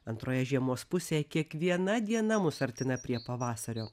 antroje žiemos pusėj kiekviena diena mus artina prie pavasario